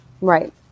Right